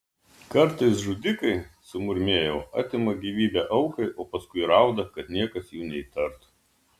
kartais žudikai sumurmėjau atima gyvybę aukai o paskui rauda kad niekas jų neįtartų